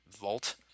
vault